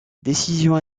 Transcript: décisions